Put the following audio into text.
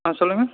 ஆ சொல்லுங்க